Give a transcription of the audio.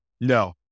No